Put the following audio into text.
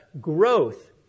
growth